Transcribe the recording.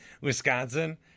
Wisconsin